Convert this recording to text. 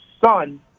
son